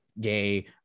gay